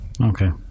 okay